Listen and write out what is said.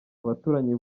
abaturanyi